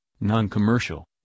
non-commercial